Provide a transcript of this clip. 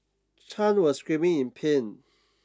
Chan was screaming in pain